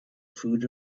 food